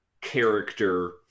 character